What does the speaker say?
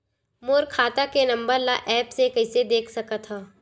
मोर खाता के नंबर ल एप्प से कइसे देख सकत हव?